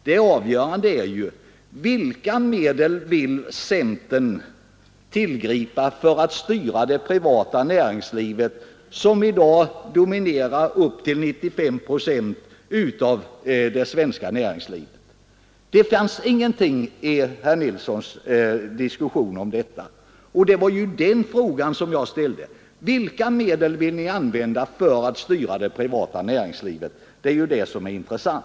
Det avgörande är: Vilka medel vill centern tillgripa för att styra det privata näringslivet, som i dag utgör den dominerande delen och uppgår till 95 procent av det svenska näringslivet? Det förekommer ingenting i herr Nilssons diskussion om detta. Men det var den frågan jag ställde: Vilka medel vill ni använda för att styra det privata näringslivet? Det är ju det som är intressant.